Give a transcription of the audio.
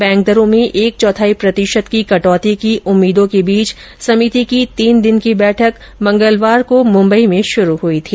bank दरो में एक चौथाई प्रतिशत की कटौती की उम्मीदों के बीच समिति की तीन दिन की बैठक मंगलवार को मुम्बई में शुरू हुई थी